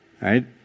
right